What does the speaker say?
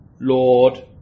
Lord